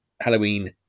Halloween